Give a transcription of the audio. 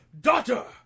daughter